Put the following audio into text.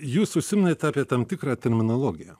jūs užsiminėt apie tam tikrą terminologiją